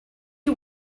you